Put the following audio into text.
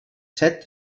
set